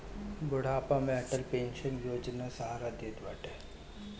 बुढ़ापा में अटल पेंशन योजना सहारा देत बाटे